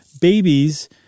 babies